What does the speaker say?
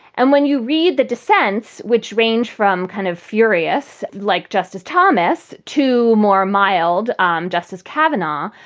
and when you read the dissents, which range from kind of furious like justice thomas to more mild um justice kavanaugh,